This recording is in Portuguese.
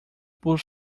por